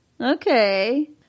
Okay